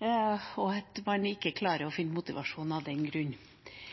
og at man ikke klarer å